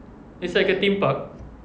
it's like a theme park